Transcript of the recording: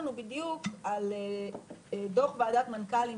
ויש לנו פעילות נמרצת מאוד,